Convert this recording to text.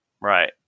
Right